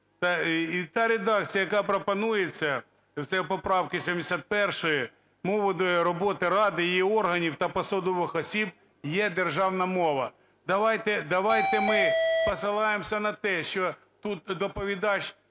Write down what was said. та редакція, яка пропонується, це поправка 71: "Мовою роботи Ради, її органів та посадових осіб є державна мова". Давайте ми посилаємося на те, що тут доповідач